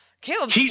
Caleb